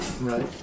Right